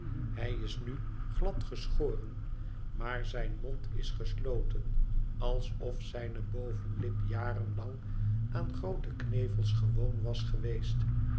hij is nu gladgeschoren maar zijn mond is gesloten alsof zijne bovenlip jaren lang aan groote knevels gewoon was geweest